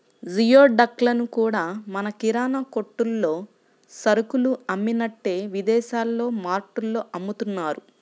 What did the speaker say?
geoduck లను కూడా మన కిరాణా కొట్టుల్లో సరుకులు అమ్మినట్టే విదేశాల్లో మార్టుల్లో అమ్ముతున్నారు